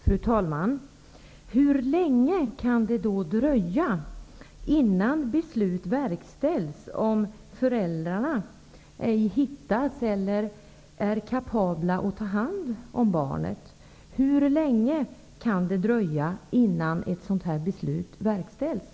Fru talman! Hur länge kan det dröja, om föräldrarna ej kan hittas eller inte är kapabla att ta hand om barnet, innan ett sådant här beslut verkställs?